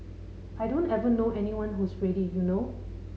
I don't ever know anyone who's ready you know